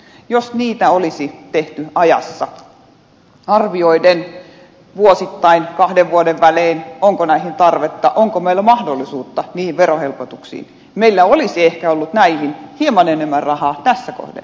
jos niitä olisi tehty ajassa arvioiden vuosittain kahden vuoden välein onko niihin tarvetta onko meillä mahdollisuutta niihin verohelpotuksiin meillä olisi ehkä ollut näihin hieman enemmän rahaa tässä kohden